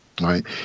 right